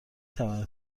توانید